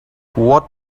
what